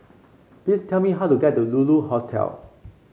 please tell me how to get to Lulu Hotel